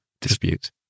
dispute